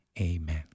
Amen